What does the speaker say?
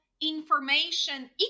information